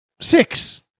six